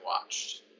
watched